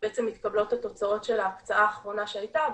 בעצם מתקבלות התוצאות של ההקצאה האחרונה שהייתה,